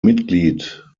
mitglied